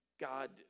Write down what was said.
God